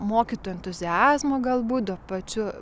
mokytojų entuziazmo galbūt tuo pačiu